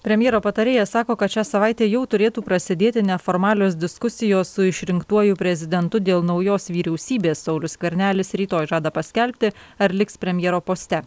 premjero patarėjas sako kad šią savaitę jau turėtų prasidėti neformalios diskusijos su išrinktuoju prezidentu dėl naujos vyriausybės saulius skvernelis rytoj žada paskelbti ar liks premjero poste